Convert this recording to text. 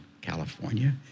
California